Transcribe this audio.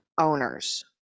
owners